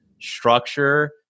structure